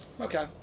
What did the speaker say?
Okay